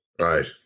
Right